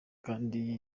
kandi